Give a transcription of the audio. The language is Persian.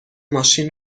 ماشین